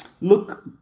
look